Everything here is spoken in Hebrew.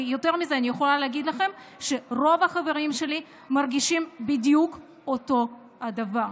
אני יכולה להגיד לכם שרוב החברים שלי מרגישים בדיוק אותו הדבר.